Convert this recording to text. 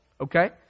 okay